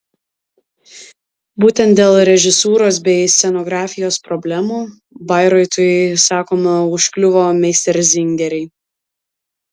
būtent dėl režisūros bei scenografijos problemų bairoitui sakoma užkliuvo meisterzingeriai